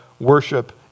worship